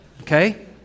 Okay